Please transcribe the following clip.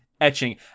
etching